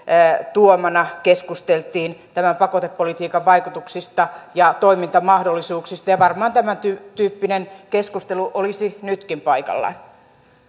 tuomana keskusteltiin tämän pakotepolitiikan vaikutuksista ja toimintamahdollisuuksista ja varmaan tämäntyyppinen keskustelu olisi nytkin paikallaan